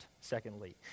secondly